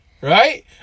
Right